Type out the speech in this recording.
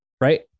Right